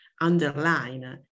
underline